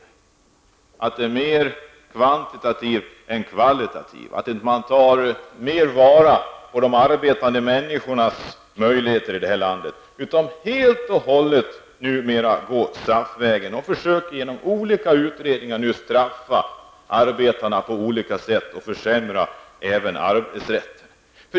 Man inriktar sig mer på kvantitet än på kvalitet och tar inte vara på de arbetande människornas förmåga. Numera går man helt och hållet SAF-vägen och försöker på olika sett att straffa arbetarna och även försämra arbetsrätten.